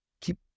keep